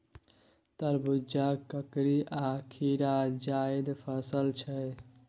तरबुजा, ककरी आ खीरा जाएद फसल छै